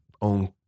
own